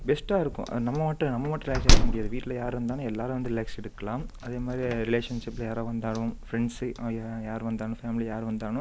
பெஸ்ட்டாக இருக்கும் அது நம்ம மட்டும் நம்ம மட்டும் ரிலாக்ஸ்ஸாக இருக்க முடியாது வீட்டில யார் இருந்தாலும் எல்லாரும் வந்து ரிலாக்ஸ் எடுக்கலாம் அதே மாதிரி ரிலேஷன்ஷிப்லாம் யாராக வந்தாலும் ஃப்ரெண்ட்ஸ் யார் வந்தாலும் ஃபேம்லி யார் வந்தாலும்